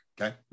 Okay